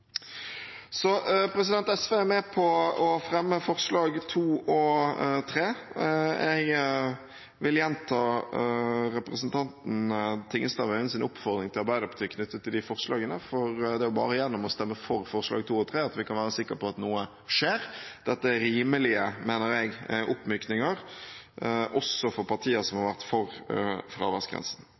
Så SV er med på å fremme forslagene nr. 2 og 3. Jeg vil gjenta representanten Tingelstad Wøiens oppfordring til Arbeiderpartiet knyttet til de forslagene, for det er bare gjennom å stemme for forslagene nr. 2 og 3 at vi kan være sikre på at noe skjer. Dette er, mener jeg, rimelige oppmykninger også for partier som har vært for fraværsgrensen.